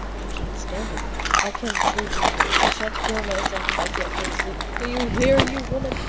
i can't stand it i can't sleep after it i shall kill myself if i get no sleep. do you hear, you woman?